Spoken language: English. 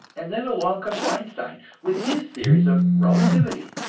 and then along comes einstein, with his theories of relativity,